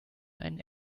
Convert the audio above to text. einen